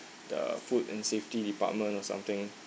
the food and safety department or something